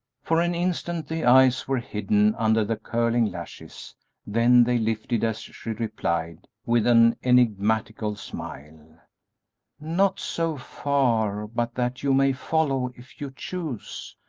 for an instant the eyes were hidden under the curling lashes then they lifted as she replied, with an enigmatical smile not so far but that you may follow, if you choose.